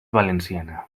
valenciana